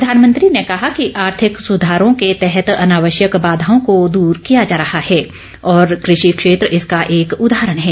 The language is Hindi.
प्रधानमंत्री ने कहा कि आर्थिक सुधारों के तहत अनावश्यक बाघाओं को दर किया जा रहा है और कृषि क्षेत्र इसका एक उदाहरण है